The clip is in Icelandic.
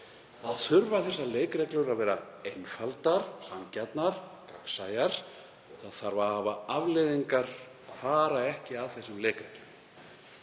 þá þurfa leikreglurnar að vera einfaldar, sanngjarnar og gagnsæjar. Það þarf að hafa afleiðingar að fara ekki að þessum leikreglum.